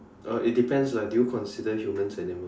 oh it depends lah do you consider humans animal